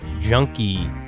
Junkie